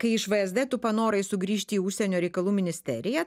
kai iš vsd tu panorai sugrįžti į užsienio reikalų ministeriją